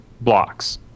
blocks